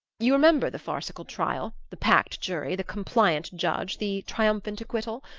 you remember the farcical trial, the packed jury, the compliant judge, the triumphant acquittal.